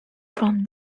from